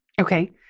Okay